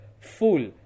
full